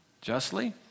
Justly